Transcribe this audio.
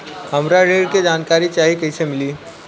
हमरा ऋण के जानकारी चाही कइसे मिली?